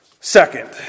second